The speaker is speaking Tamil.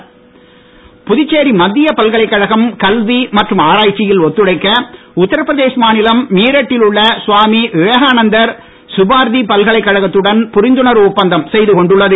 ஒப்பந்தம் புதுச்சேரி மத்திய பல்கலைக்கழகம் கல்வி மற்றும் ஆராய்ச்சியில் ஒத்துழைக்க உத்திரப்பிரதேஷ் மாநிலம் நீரட்டில் உள்ள சுவாமி விவேகாநந்தர் சுபாரதி பல்கலைக்கழகத்துடன் புரிந்துணர்வு ஒப்பந்தம் செய்துகொண்டுள்ளது